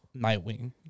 Nightwing